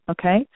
Okay